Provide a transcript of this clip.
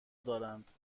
دارند